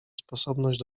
sposobność